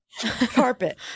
carpet